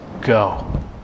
go